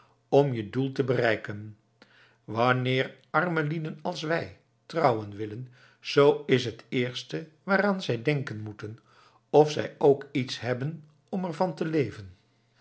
om je doel te bereiken wanneer arme lieden als wij trouwen willen zoo is het eerste waaraan zij denken moeten of zij ook iets hebben om er van te leven